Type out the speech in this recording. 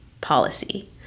Policy